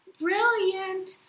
brilliant